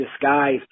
disguise